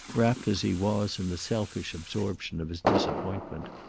wrapped as he was in the selfish absorption of his disappointment.